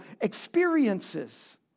experiences